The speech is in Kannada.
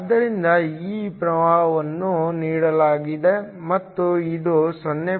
ಆದ್ದರಿಂದ ಈ ಪ್ರವಾಹವನ್ನು ನೀಡಲಾಗಿದೆ ಮತ್ತು ಇದು 0